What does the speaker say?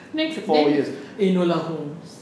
next then enola holmes